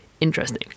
Interesting